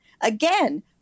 again